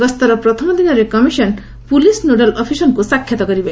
ଗସ୍ତର ପ୍ରଥମ ଦିନରେ କମିଶନ ପୁଲିସ ନୋଡାଲ ଅଫିସରଙ୍କ ସାକ୍ଷାତ୍ କରିବେ